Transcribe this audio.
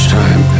time